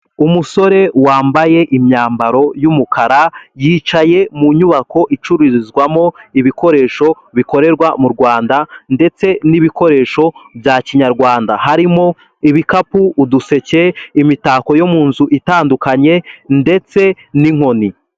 Umusore wambaye imyambaro y'umukara yicaye mu nyubako icururizwamo ibikoresho bikorerwa mu Rwanda ndetse n'ibikoresho bya kinyarwanda, harimo ibikapu, uduseke, imitako yo mu nzu itandukanye ndetse n'inkoni.